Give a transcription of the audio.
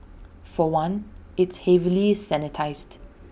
for one it's heavily sanitised